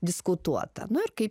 diskutuota nu kaip